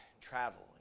travel